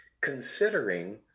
considering